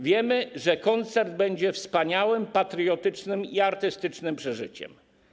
Wiemy, że koncert będzie wspaniałym patriotycznym i artystycznym przeżyciem.